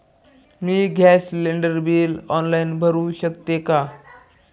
मी gas cylinder bill online भरु शकते का?